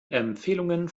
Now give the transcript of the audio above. empfehlungen